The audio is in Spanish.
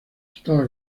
estaba